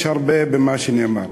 יש הרבה במה שנאמר.